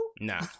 Nah